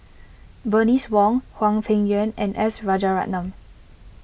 Bernice Wong Hwang Peng Yuan and S Rajaratnam